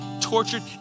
tortured